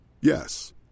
Yes